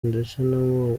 ndetse